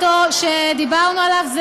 שדיברנו עליו,